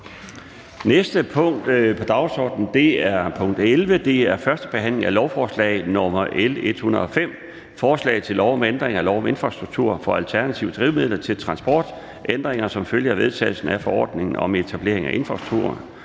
næste punkt på dagsordenen er: 11) 1. behandling af lovforslag nr. L 105: Forslag til lov om ændring af lov om infrastruktur for alternative drivmidler til transport. (Ændringer som følge af vedtagelsen af forordning om etablering af infrastruktur